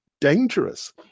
dangerous